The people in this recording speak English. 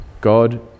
God